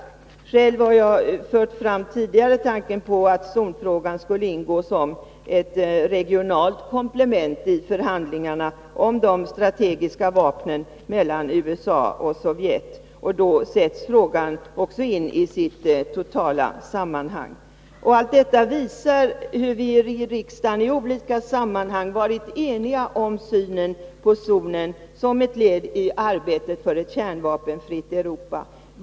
Jag har själv tidigare fört fram tanken på att zonfrågan skulle ingå som ett regionalt komplement i förhandlingarna mellan USA och Sovjet om de strategiska vapnen, och då sätts frågan också in i sitt totala sammanhang. Vi har i riksdagen i olika sammanhang varit eniga om synen på zonen som ett led i arbetet för ett kärnvapenfritt Europa.